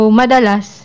madalas